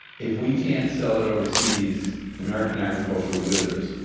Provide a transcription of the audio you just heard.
if we can't sell it overseas american agriculture withers.